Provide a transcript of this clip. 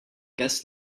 guest